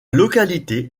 localité